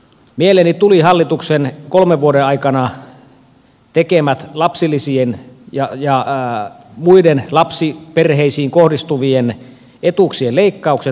mieleeni tuli hallituksen kolmen vuoden aikana tekemät lapsilisien ja muiden lapsiperheisiin kohdistuvien etuuksien leikkaukset